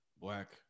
black